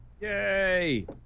yay